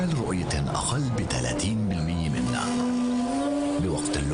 זה אחד מני קמפיינים שאנחנו מעלים לחברה הערבית בכל שנה בתקציבים שעד